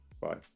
Bye